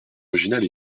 originale